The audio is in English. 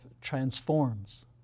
transforms